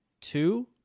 two